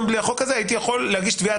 גם בלי החוק הזה הייתי יכול להגיש תביעה